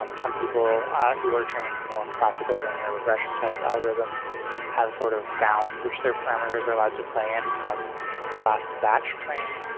um some people who are training more classical linear regression type algorithms have sort of bounds which their parameters are allowed to play in from the last batch train.